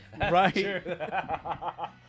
right